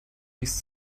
liest